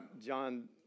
John